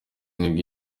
nibwo